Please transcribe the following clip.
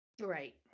Right